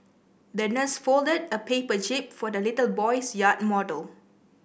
the nurse folded a paper jib for the little boy's yacht model